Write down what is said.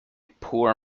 poor